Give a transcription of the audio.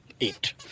Eight